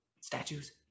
statues